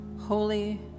holy